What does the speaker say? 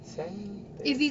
centre